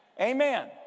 Amen